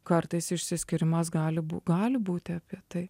kartais išsiskyrimas gali bū gali būti apie tai